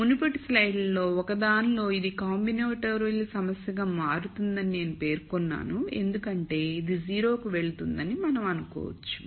మునుపటి స్లైడ్లలో ఒకదానిలో ఇది కాంబినేటోరియల్ సమస్యగా మారుతుందని నేను పేర్కొన్నాను ఎందుకంటే ఇది 0 కి వెళుతుందని మనం అనుకోవచ్చు